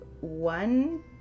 one